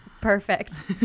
perfect